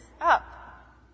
up